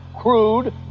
crude